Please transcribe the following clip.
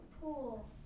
pool